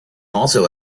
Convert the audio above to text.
also